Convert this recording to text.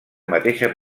mateixa